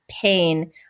pain